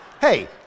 Hey